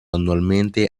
annualmente